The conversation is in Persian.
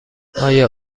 آیا